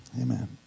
Amen